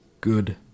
good